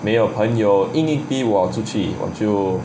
没有朋友硬硬逼我出去我就:mei you peng you yingng yingng bi wo chu qu wo jiu